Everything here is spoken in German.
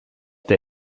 der